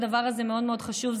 הדבר הזה מאוד מאוד חשוב,